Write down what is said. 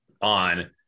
on